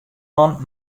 man